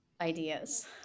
ideas